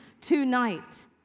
tonight